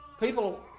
People